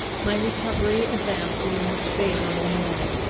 my recovery advanced in the most favourable manner.